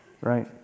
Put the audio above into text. right